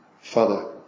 Father